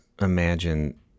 imagine